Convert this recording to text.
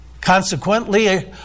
consequently